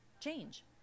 change